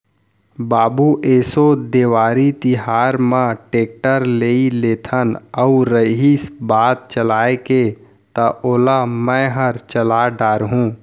बाबू एसो देवारी तिहार म टेक्टर लेइ लेथन अउ रहिस बात चलाय के त ओला मैंहर चला डार हूँ